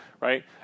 right